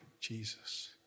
Jesus